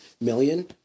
million